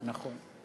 נכון.